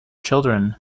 children